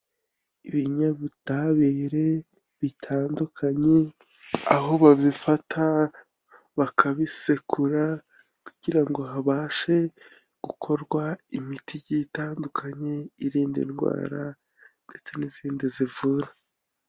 Ibinyabutabire bitandukanye, aho babifata bakabisekura, kugira ngo habashe gukorwa imiti igiye itandukanye irinda indwara, ndetse n'izindi zivura.